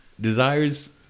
desires